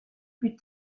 plus